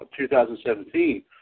2017